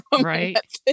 right